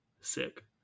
sick